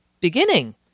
beginning